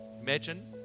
imagine